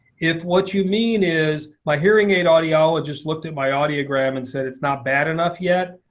if what you mean is my hearing aid audiologist looked at my audiogram and said it's not bad enough yet,